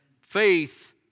faith